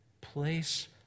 place